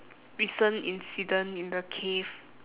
recent incident in the cave